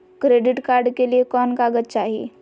Credit card के लिए कौन कागज चाही?